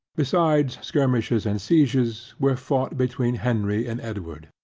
besides skirmishes and sieges, were fought between henry and edward.